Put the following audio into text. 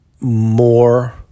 more